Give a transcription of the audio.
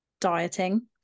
dieting